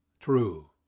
true